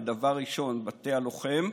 ודבר ראשון: בתי הלוחם.